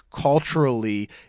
culturally